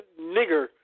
nigger